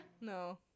No